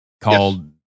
called